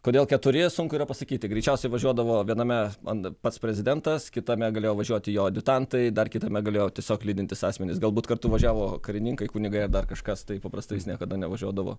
kodėl keturi sunku yra pasakyti greičiausiai važiuodavo viename pats prezidentas kitame galėjo važiuoti jo adjutantai dar kitame galėjo tiesiog lydintys asmenys galbūt kartu važiavo karininkai kunigai ar dar kažkas tai paprastai jis niekada nevažiuodavo